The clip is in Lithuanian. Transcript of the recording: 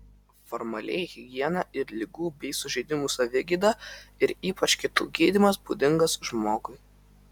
formaliai higiena ir ligų bei sužeidimų savigyda ir ypač kitų gydymas būdingas žmogui